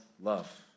love